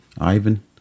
Ivan